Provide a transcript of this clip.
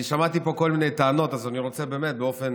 שמעתי פה כל מיני טענות, אז אני רוצה באמת באופן